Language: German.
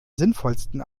sinnvollsten